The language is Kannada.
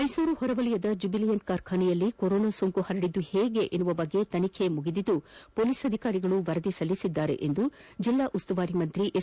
ಮ್ನೆಸೂರು ಹೊರವಲಯದ ಜ್ಯುಬಿಲಿಯಂಟ್ ಕಾರ್ಖಾನೆಯಲ್ಲಿ ಕೊರೊನಾ ಸೋಂಕು ಹರಡಿದ್ದು ಹೇಗೆ ಎಂಬ ಬಗ್ಗೆ ತನಿಖೆ ಮುಗಿದಿದ್ದು ಹೊಲೀಸ್ ಅಧಿಕಾರಿಗಳು ವರದಿ ಸಲ್ಲಿಸಿದ್ದಾರೆ ಎಂದು ಜೆಲ್ಲಾ ಉಸ್ತುವಾರಿ ಸಚಿವ ಎಸ್